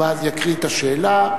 ואז יקריא את השאלה.